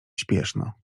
śpieszno